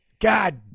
God